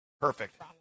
Perfect